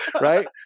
right